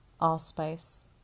Allspice